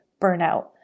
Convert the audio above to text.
BURNOUT